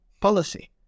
policy